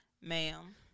Ma'am